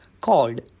called